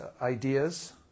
ideas